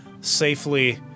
safely